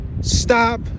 Stop